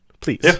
please